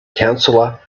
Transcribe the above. counselor